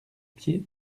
pieds